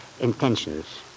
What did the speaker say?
intentions